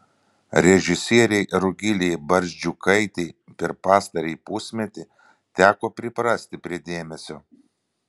režisierei rugilei barzdžiukaitei per pastarąjį pusmetį teko priprasti prie dėmesio